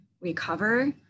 recover